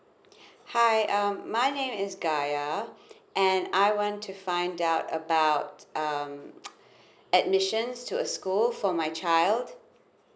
hi uh my name is gaya and I want to find out about um admissions to a school for my child